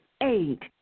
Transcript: Eight